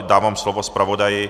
Dávám slovo zpravodaji.